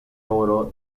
oro